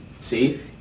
See